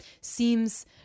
seems